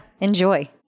Enjoy